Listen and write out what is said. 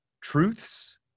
truths